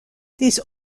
les